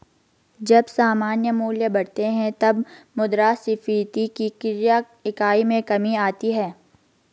जब सामान्य मूल्य बढ़ते हैं, तब मुद्रास्फीति की क्रय इकाई में कमी आती है